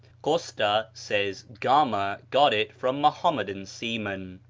costa says gama got it from mohammedan seamen.